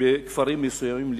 בכפרים מסוימים ל-17%.